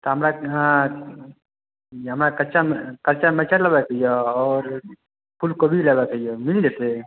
तऽ हमरा हाँ हमरा कच्चा मिर्चाइ लेबैके यऽ आओर फूलकोबी लेबऽके यऽ मिल जयतै